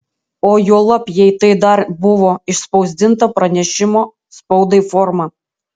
o juolab jei tai dar buvo išspausdinta pranešimo spaudai forma